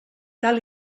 tal